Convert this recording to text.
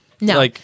No